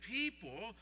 people